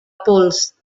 pols